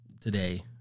today